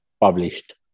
published